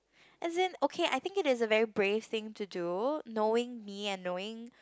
as in okay I think it is a very brave thing to do knowing me and knowing